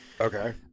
Okay